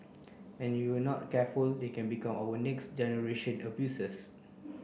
and you are not careful they can become our next generation of abusers